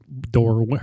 door